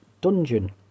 dungeon